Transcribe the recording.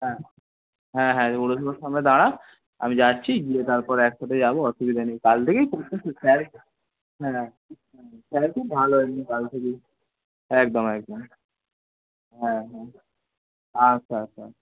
হ্যাঁ হ্যাঁ হ্যাঁ সামনে দাঁড়া আমি যাচ্ছি গিয়ে তারপর এক সাথে যাবো অসুবিধা নেই কাল থেকেই স্যার হ্যাঁ স্যার খুব ভালো এমনি কাল থেকে একদম একদম হ্যাঁ হ্যাঁ আচ্ছা আচ্ছা আচ্ছা